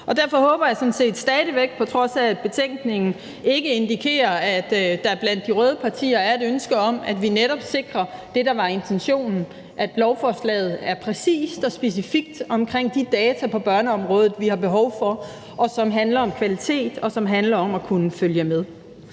blive, på trods af at betænkningen ikke indikerer, at der blandt de røde partier er et ønske om, at vi netop sikrer det, der var intentionen – at lovforslaget er præcist og specifikt omkring de data på børneområdet, vi har behov for, og som handler om kvalitet, og som handler om at kunne følge med.